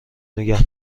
نگه